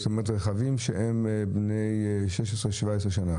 זאת אומרת, אלה רכבים שהם בני 17-16 שנה.